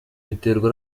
biterwa